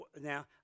Now